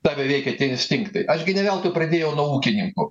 tave veikia tie instinktai aš gi ne veltui pradėjau nuo ūkininkų